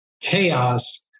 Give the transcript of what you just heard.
chaos